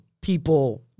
people